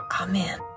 Amen